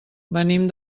venim